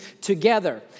together